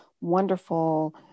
wonderful